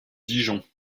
dijon